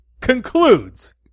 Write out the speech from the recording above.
concludes